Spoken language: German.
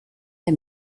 der